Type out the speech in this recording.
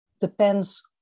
depends